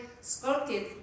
sculpted